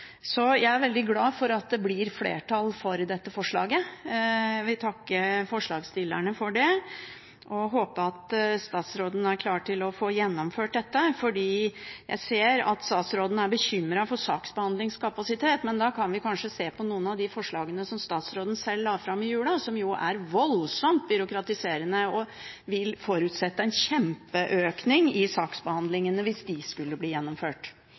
Jeg er veldig glad for at det blir flertall for dette forslaget. Jeg vil takke forslagsstillerne for det og håper at statsråden er klar til å få gjennomført dette. Jeg ser at statsråden er bekymret for saksbehandlingskapasitet, men da kan man kanskje se på noen av de forslagene som statsråden sjøl la fram i jula, som jo er voldsomt byråkratiske og vil forutsette en kjempeøkning i saksbehandlingen hvis de skulle bli gjennomført.